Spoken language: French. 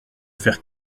faire